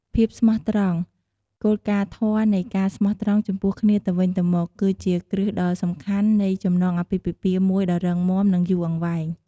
ភាពស្មោះត្រង់ គោលការណ៍ធម៌នៃការស្មោះត្រង់ចំពោះគ្នាទៅវិញទៅមក គឺជាគ្រឹះដ៏សំខាន់នៃចំណងអាពាហ៍ពិពាហ៍មួយដ៏រឹងមាំ និងយូរអង្វែង។